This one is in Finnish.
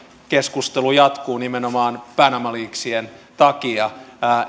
keskustelu jatkuu nimenomaan panama leaksin takia